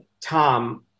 Tom